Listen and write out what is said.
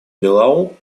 below